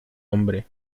hombre